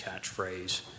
catchphrase